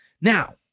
Now